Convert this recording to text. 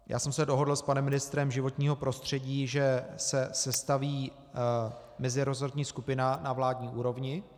Já jsem se dohodl s panem ministrem životního prostředí, že se sestaví meziresortní skupina na vládní úrovni.